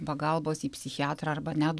pagalbos į psichiatrą arba net